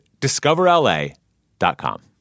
DiscoverLA.com